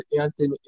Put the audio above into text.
Anthony